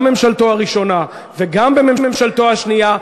גם בממשלתו הראשונה וגם בממשלתו השנייה,